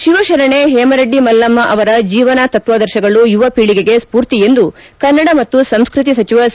ಶಿವಶರಣೆ ಹೇಮರೆಡ್ಡಿ ಮಲ್ಲಮ್ನ ಅವರ ಜೀವನ ತತ್ವಾದರ್ಶಗಳು ಯುವ ಪೀಳಿಗೆಗೆ ಸ್ಕೂರ್ತಿ ಎಂದು ಕನ್ನಡ ಮತ್ತು ಸಂಸ್ಕತಿ ಸಚಿವ ಸಿ